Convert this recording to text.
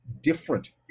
different